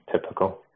typical